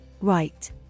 Right